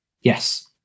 Yes